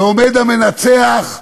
ועומד המנצח,